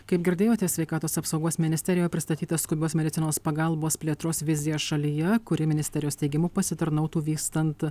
kaip girdėjote sveikatos apsaugos ministerijoj pristatytas skubios medicinos pagalbos plėtros vizija šalyje kuri ministerijos teigimu pasitarnautų vystant